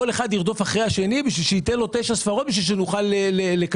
כל אחד ירדוף אחרי השני בשביל שייתן לו תשע ספרות בשביל שנוכל לקזז.